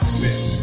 Smith